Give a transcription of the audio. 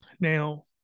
Now